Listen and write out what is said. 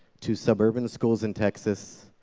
to suburban schools in texas,